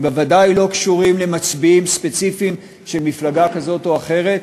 הם בוודאי לא קשורים למצביעים ספציפיים של מפלגה כזאת או אחרת,